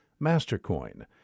MasterCoin